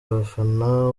abafana